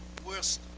worst,